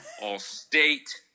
All-State